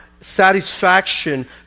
satisfaction